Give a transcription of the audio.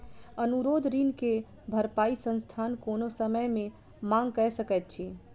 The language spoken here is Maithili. अनुरोध ऋण के भरपाई संस्थान कोनो समय मे मांग कय सकैत अछि